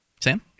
Sam